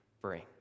bring